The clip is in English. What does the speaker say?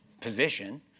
position